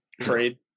Trade